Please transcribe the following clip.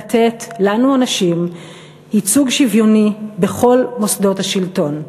לתת לנו הנשים ייצוג שוויוני בכל מוסדות השלטון.